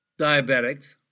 diabetics